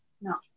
No